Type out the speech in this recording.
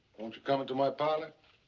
won't you come into my parlour?